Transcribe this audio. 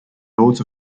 modes